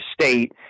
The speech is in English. state